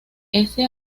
ese